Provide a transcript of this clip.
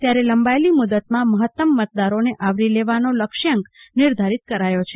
ત્યારે લંબાયેલી મુદતમાં મહત્તમ મતદારોને આવરી લેવાનો લક્ષ્યાંક નિર્ધારીત કરાયો છે